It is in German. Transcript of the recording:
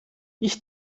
ich